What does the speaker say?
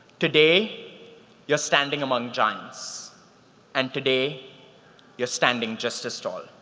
today you're standing among giants and today you're standing just as tall.